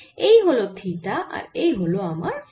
এই হল থিটা আর এই হল আমার ফাই